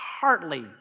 partly